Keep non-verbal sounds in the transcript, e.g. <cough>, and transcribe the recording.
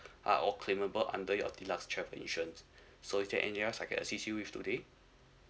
are all claimable under your deluxe travel insurance <breath> so is there anything else I can assist you with today